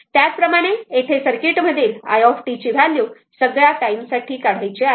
त्याच प्रमाणे येथे सर्किटमधील i t ची व्हॅल्यू सगळ्या टाइम साठी काढायचे आहे